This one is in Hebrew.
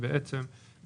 אז עוד ידיים בדרך.